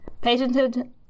patented